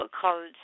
college